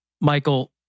Michael